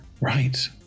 right